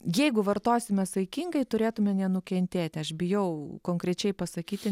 jeigu vartosime saikingai turėtume nenukentėti aš bijau konkrečiai pasakyti